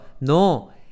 No